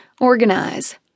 organize